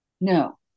No